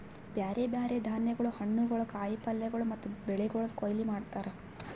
ಬ್ಯಾರೆ ಬ್ಯಾರೆ ಧಾನ್ಯಗೊಳ್, ಹಣ್ಣುಗೊಳ್, ಕಾಯಿ ಪಲ್ಯಗೊಳ್ ಮತ್ತ ಬೆಳಿಗೊಳ್ದು ಕೊಯ್ಲಿ ಮಾಡ್ತಾರ್